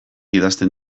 idazten